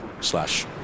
slash